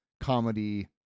comedy